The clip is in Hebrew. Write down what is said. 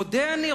מודה אני,